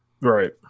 Right